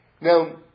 Now